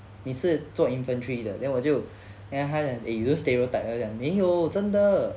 你是做 infantry 的 then 我就他讲 eh you don't stereotype then 我讲没有真的